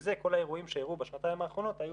וזה כל האירועים שאירעו בשנתיים האחרונות היו